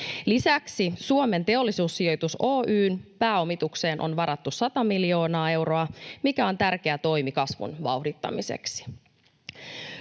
Lisäksi Suomen Teollisuussijoitus Oy:n pääomitukseen on varattu 100 miljoonaa euroa, mikä on tärkeä toimi kasvun vauhdittamiseksi.